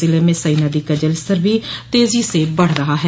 जिले में सई नदी का जल स्तर भी तेजी से बढ़ रहा है